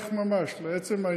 לדברייך ממש, לעצם העניין.